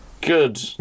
Good